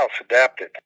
adapted